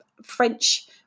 french